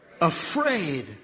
Afraid